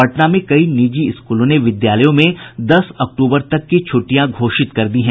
पटना में कई निजी स्कूलों ने विद्यालयों में दस अक्तूबर तक छुट्टियां घोषित कर दी हैं